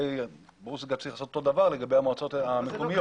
ברור שצריך לעשות אותו דבר לגבי המועצות המקומיות.